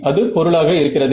அது பொருளாக இருக்கிறது